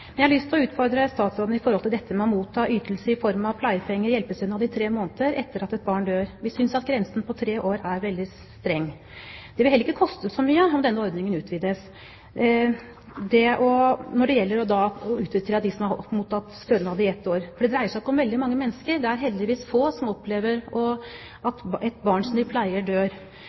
men jeg har lyst til å utfordre statsråden på dette med å motta ytelser i form av pleiepenger og hjelpestønad i tre måneder etter at et barn dør. Vi synes at grensen på tre år er veldig streng. Det vil heller ikke koste så mye om denne ordningen utvides til å gjelde dem som har mottatt stønad i ett år, for det dreier seg ikke om veldig mange mennesker. Det er heldigvis få som opplever at et barn som de pleier, dør.